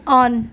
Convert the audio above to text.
on